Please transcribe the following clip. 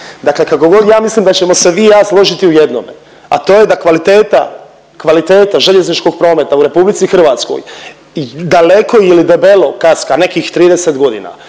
Dakle, kakogod ja mislim da ćemo svi i ja složiti u jednome, a to je da kvaliteta, kvaliteta željezničkog prometa u RH daleko ili debelo kaska nekih 30 godina